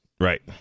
Right